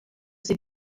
ser